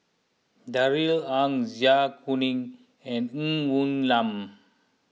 Darrell Ang Zai Kuning and Ng Woon Lam